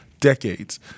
decades